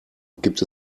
gibt